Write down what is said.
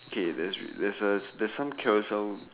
okay there's there's a there's some Carousell